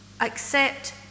Accept